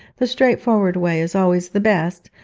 the straightforward way is always the best,